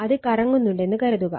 അത് കറങ്ങുന്നുണ്ടെന്ന് കരുതുക